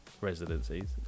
residencies